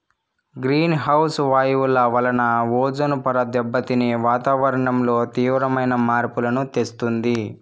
green house వాయువుల వలన ozone పొర దెబ్బతిని వాతావరణంలో తీవ్రమైన మార్పులను తెస్తుంది